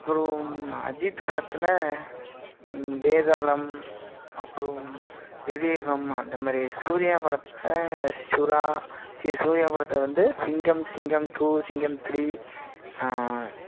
அப்புறம் அஜித்து படத்தில் வேதாளம் அப்புறம் விவேகம் அந்த மாதிரி சூர்யா படத்தில் சுறா சீ சூர்யா படத்தில் வந்து சிங்கம் சிங்கம் டூ சிங்கம் திரீ